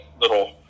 little